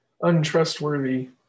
untrustworthy